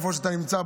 איפה שאתה נמצא,